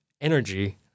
energy